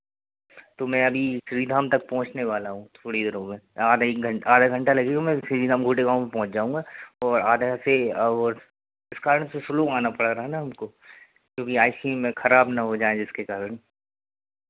तो मैं अभी श्री धाम तक पहुंचने वाला हूँ थोड़ी देर हो गए आधा एक घण्टा आधा घण्टा लगेगा मैं श्री धाम गोड़े गाँव में पहुंच जाऊँगा और आधा से और इस कारण से स्लो आना पड़ रहा है ना हमको क्योंकि आइस क्रीम है खराब ना हो जाएँ जिसके कारण